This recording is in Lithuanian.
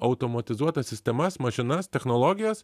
automatizuotas sistemas mašinas technologijas